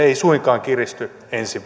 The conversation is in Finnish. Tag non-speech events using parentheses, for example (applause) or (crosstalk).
(unintelligible) ei suinkaan kiristy ensi (unintelligible)